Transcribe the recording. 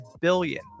billion